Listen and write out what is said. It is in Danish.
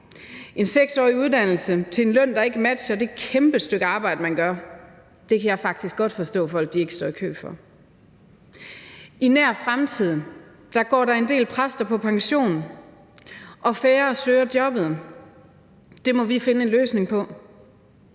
En 6-årig uddannelse til en løn, der ikke matcher det kæmpe stykke arbejde, man gør, kan jeg godt forstå at folk ikke står i kø for. I nær fremtid går der en del præster på pension, og der er færre, der søger jobbet. Det må vi finde en løsning på.